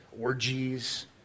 orgies